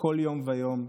כל יום ויום,